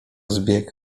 zbieg